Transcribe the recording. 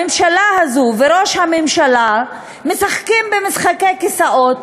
הממשלה הזו וראש הממשלה משחקים במשחקי כיסאות,